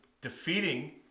defeating